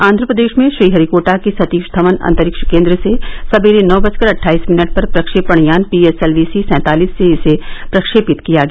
आंध्रप्रदेश में श्रीहरिकोटा के सतीश धवन अंतरिक्ष केन्द्र से सवेरे नौ बजकर अट्ठाईस मिनट पर प्रक्षेपण यान पीएसएलवी सी सैंतालिस से इसे प्रक्षेपित किया गया